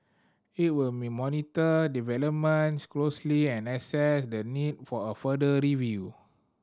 it will monitor developments closely and assess the need for a further review